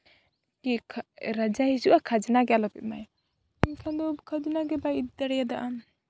ᱠᱤ ᱨᱟᱡᱟᱭ ᱦᱩᱡᱤᱜᱼᱟ ᱠᱷᱟᱡᱽᱱᱟ ᱜᱮ ᱟᱞᱚᱯᱮ ᱮᱢᱟᱭᱟ ᱮᱱᱠᱷᱟᱱ ᱫᱚ ᱠᱷᱟᱡᱽᱱᱟ ᱜᱮ ᱵᱟᱭ ᱤᱫᱤ ᱫᱟᱲᱮᱭᱟᱫᱟ